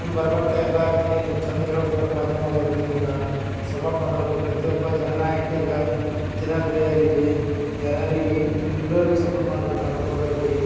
ಮುಂದೆ ಬರುಬರ್ತಾ ಎಲ್ಲ ಕ್ಲೀನ್ ಚೆಂದ ಹೇಳ್ಬೇಕು ಮಾಧ್ಯಮದವ್ರು ಬಿ ನಮಗಾ ಸಪೋರ್ಟ್ ಮಾಡಬೇಕು ಪ್ರತಿಯೊಬ್ಬ ಜನ ನಾಯಕಗೆ ಜನಪ್ರಿಯರಿಗೇ ಜನರಿಗೇ ಎಲ್ಲಾರಿಗೆ ಸಪೋರ್ಟ್ ಮಾಡ್ಬೇಕು ಮಾಧ್ಯಮದವ್ರು ಬೀ